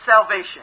salvation